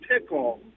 pickle